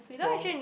so